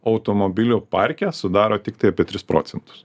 automobilių parke sudaro tiktai apie tris procentus